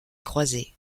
croiset